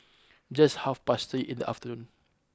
just half past three in the afternoon